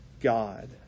God